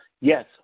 Yes